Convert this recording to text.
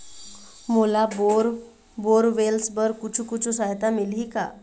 मोला bore borewells बर कुछू कछु सहायता मिलही का?